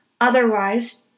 Otherwise